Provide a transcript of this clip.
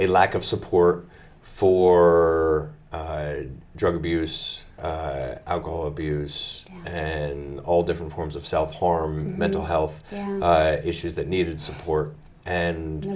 a lack of support for drug abuse alcohol abuse and all different forms of self horror mental health issues that needed support and